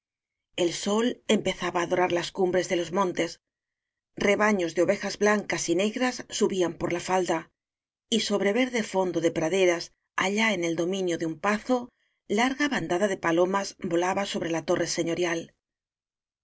el sol empezaba á dorar las cumbres de los montes rebaños de ovejas blancas y negras subían por la falda y sobre verde fondo de praderas allá en el do minio de un pazo larga bandada de palomas volaba sobre la torre señorial